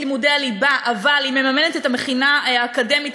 לימודי הליבה אבל היא מממנת את המכינה האקדמית,